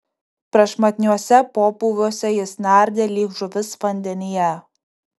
prašmatniuose pobūviuose jis nardė lyg žuvis vandenyje